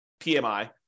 PMI